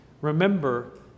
remember